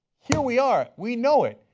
here we are, we know it,